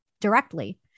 directly